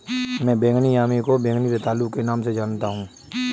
मैं बैंगनी यामी को बैंगनी रतालू के नाम से जानता हूं